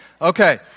Okay